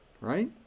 right